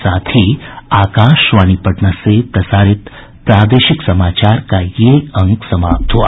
इसके साथ ही आकाशवाणी पटना से प्रसारित प्रादेशिक समाचार का ये अंक समाप्त हुआ